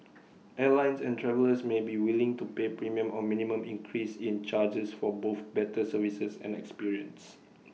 airlines and travellers may be willing to pay premium or minimum increase in charges for both better services and experience